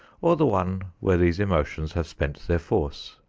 or the one where these emotions have spent their force?